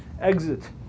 Exit